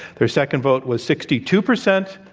their second vote was sixty two percent.